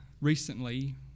recently